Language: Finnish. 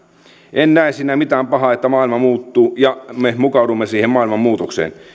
en näe siinä mitään pahaa että maailma muuttuu ja me mukaudumme siihen maailman muutokseen